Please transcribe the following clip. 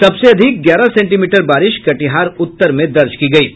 सबसे अधिक ग्यारह सेंटीमीटर बारिश कटिहार उत्तर में दर्ज की गयी है